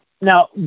Now